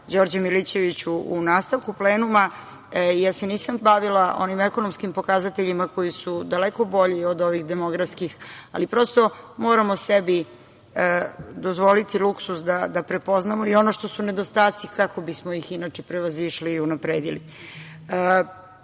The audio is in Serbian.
Đorđe Milićević u nastavku plenuma. Ja se nisam bavila onim ekonomskim pokazateljima koji su daleko bolji od ovih demografskih. Ali, prosto, moramo sebi dozvoliti luksuz da prepoznamo i ono što su nedostaci kako bismo ih inače prevazišli i unapredili. Želela